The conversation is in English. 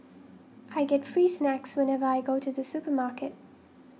I get free snacks whenever I go to the supermarket